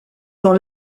dans